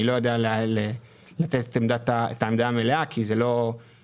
אני לא יודע לתת את העמדה המלאה כי זה לא החלק